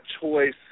choice